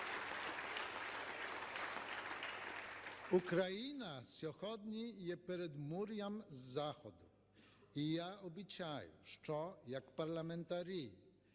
Україна сьогодні є передмур'ям Заходу. І я обіцяю, що як парламентарі,